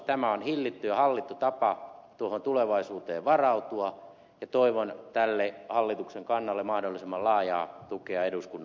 tämä on hillitty ja hallittu tapa tuohon tulevaisuuteen varautua ja toivon tälle hallituksen kannalle mahdollisimman laajaa tukea eduskunnan taholta